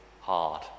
hard